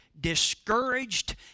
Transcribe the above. discouraged